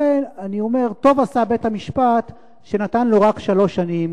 לכן אני אומר: טוב עשה בית-המשפט שנתן לו רק שלוש שנים,